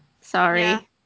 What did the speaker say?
Sorry